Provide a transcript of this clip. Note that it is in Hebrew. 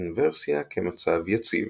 אינוורסיה כמצב יציב